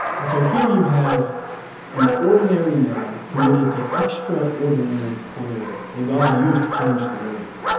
and so here you have an ordinary man committed to extra ordinary prayer that god used to change the world.